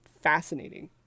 fascinating